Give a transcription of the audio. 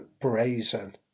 brazen